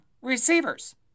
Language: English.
receivers